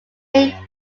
made